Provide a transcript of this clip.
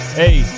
hey